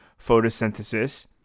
photosynthesis